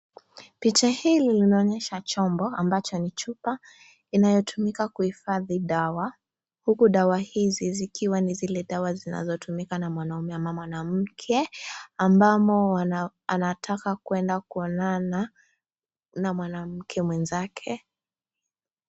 Picha hili linaonyesha chombo, ambacho ni chupa, inayotumuka kuhifadhi dawa, huku dawa hizi zikiwa ni zile dawa zinazotumika na mwanaume ama mwanamke ambamo anataka kuenda kuonana na mwanamke mwenzake.